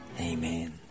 Amen